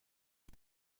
ils